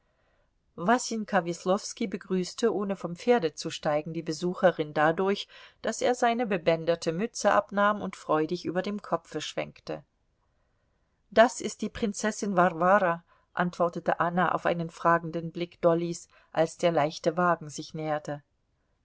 wasenka weslowski begrüßte ohne vom pferde zu steigen die besucherin dadurch daß er seine bebänderte mütze abnahm und freudig über dem kopfe schwenkte das ist die prinzessin warwara antwortete anna auf einen fragenden blick dollys als der leichte wagen sich näherte